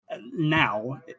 now